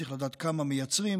צריך לדעת כמה מייצרים.